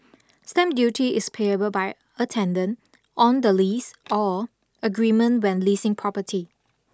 stamp duty is payable by a tenant on the lease or agreement when leasing property